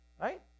Right